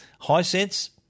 Hisense